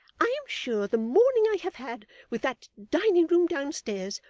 i am sure the morning i have had, with that dining-room downstairs,